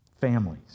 families